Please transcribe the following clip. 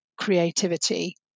creativity